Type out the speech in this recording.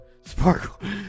Sparkle